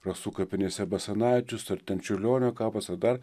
rasų kapinėse basanavičius ar ten čiurlionio kapas ar dar